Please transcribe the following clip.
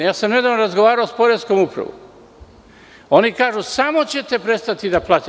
Nedavno sam razgovarao sa poreskom upravom i oni kažu – samo ćete prestati da plaćate.